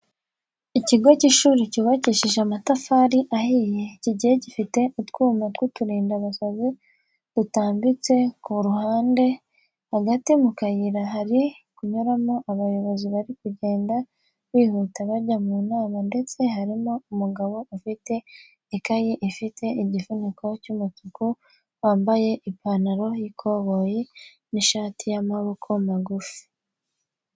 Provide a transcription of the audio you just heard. Ikigo cy'ishuri cyubakishije amatafari ahiye kigiye gifite utwuma tw'uturindabasazi dutambitse ku ruhande, hagati mu kayira hari kunyuramo abayobozi bari kugenda bihuta bajya mu nama ndetse harimo umugabo ufite ikayi ifite igifuniko cy'umutuku wambaye ipantaro y'ikoboyi n'ishati y'amaboko magufi.